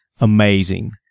amazing